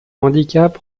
handicap